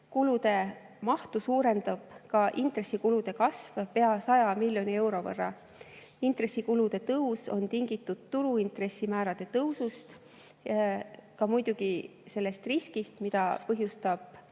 Kulude mahtu suurendab ka intressikulude kasv pea 100 miljoni euro võrra. Intressikulude tõus on tingitud turuintressimäärade tõusust, muidugi ka sellest riskist, mida põhjustab